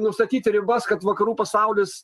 nustatyti ribas kad vakarų pasaulis